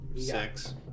Six